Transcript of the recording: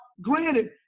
granted